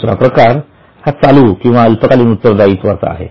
दुसरा प्रकार हा चालू किंवा अल्पकालीन उत्तर दायित्व आता आहे